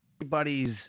everybody's